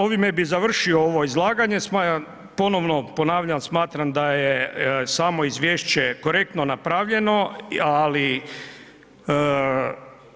Ovime bi završio ovo izlaganje, smatram, ponovno ponavljam, smatram da je samo izvješće korektno napravljeno, ali